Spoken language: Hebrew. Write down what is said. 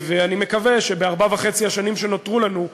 ואני מקווה שבארבע השנים וחצי שנותרו לנו,